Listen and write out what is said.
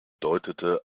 deutete